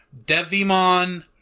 Devimon